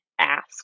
ask